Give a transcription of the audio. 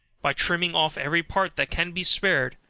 by trimming off every part that can be spared.